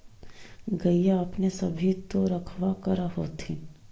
गईया अपने सब भी तो रखबा कर होत्थिन?